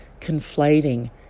conflating